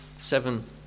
seven